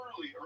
early